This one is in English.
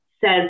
says